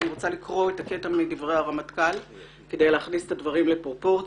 אני רוצה לקרוא חלק מדבריו על מנת להכניס את הדברים לפרופורציה.